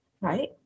right